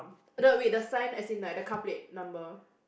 the wait the sign as in like the car plate number